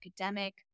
academic